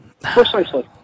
Precisely